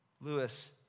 Lewis